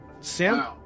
Sam